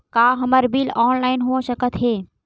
का हमर bill online हो सकत हे?